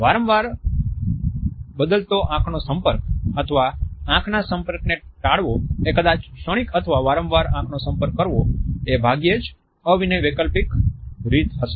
વારંવાર બદલતો આંખનો સંપર્ક અથવા આંખના સંપર્કને ટાળવો એ કદાચ ક્ષણિક અથવા વારંવાર આંખનો સંપર્ક કરવો એ ભાગ્યે જ અવિનય વૈકલ્પિક રીતે હશે